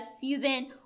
season